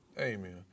Amen